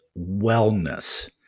wellness